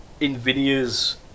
Nvidia's